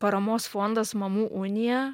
paramos fondas mamų unija